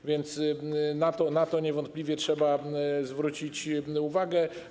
A więc na to niewątpliwie trzeba zwrócić uwagę.